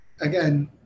again